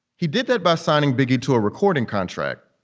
he did that by signing biggie to a recording contract.